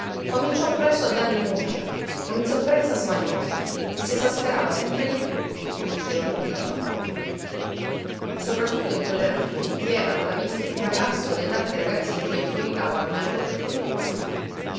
cose cominciò presto a dargli un'uggia un'insofferenza smaniosa che si esasperava sempre piú di giorno in giorno sopra tutto intollerabili gli erano la vista e il fracasso dei tanti ragazzini che brulicavano nel cortile e per le scale